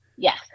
Yes